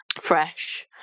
fresh